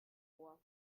vor